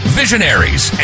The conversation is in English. visionaries